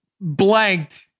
blanked